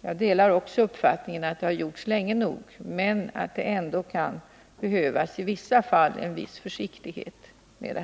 Jag delar uppfattningen att man har gjort detta länge nog men att det ändå i vissa fall kan behövas en viss försiktighet.